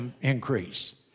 increase